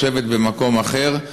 לשבת במקום אחר.